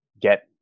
Get